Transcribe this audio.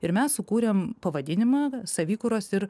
ir mes sukūrėm pavadinimą savikūros ir